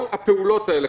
כל הפעולות האלה,